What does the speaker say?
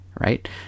right